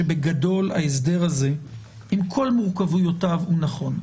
ובגדול ההסדר הזה עם כל מורכבויותיו הוא נכון.